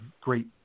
great